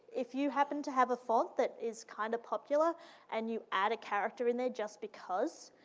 if you happen to have a font that is kind of popular and you add a character in there just because,